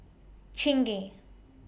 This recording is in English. Chingay